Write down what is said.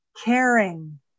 caring